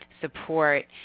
support